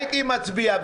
הייתי מצביע.